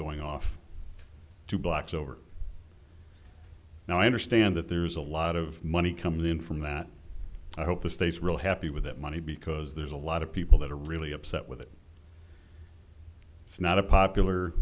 going off two blocks over now i understand that there's a lot of money coming in from that i hope the states real happy with that money because there's a lot of people that are really upset with it it's not a popular